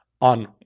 on